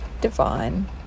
divine